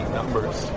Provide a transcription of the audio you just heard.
numbers